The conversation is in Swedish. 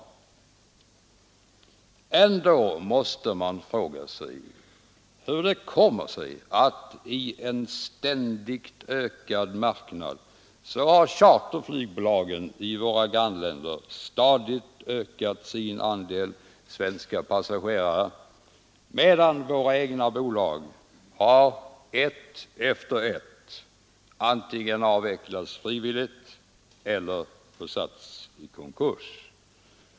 Ändå måste man undra hur det kommer sig att i en ständigt växande marknad har charterbolagen i våra grannländer stadigt ökat sin andel svenska passagerare, medan våra egna bolag har, ett efter ett, antingen avvecklats frivilligt eller försatts i konkurs.